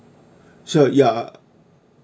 so ya